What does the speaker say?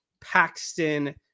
Paxton